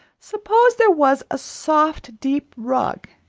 suppose there was a soft, deep rug,